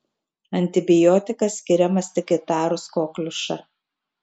antibiotikas skiriamas tik įtarus kokliušą